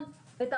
אני